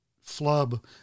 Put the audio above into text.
flub